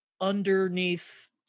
underneath